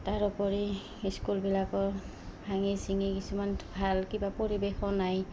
তাৰোপৰি স্কুলবিলাকৰ ভাঙি ছিঙি কিছুমান ভাল কিবা পৰিৱেশো নাই